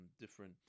different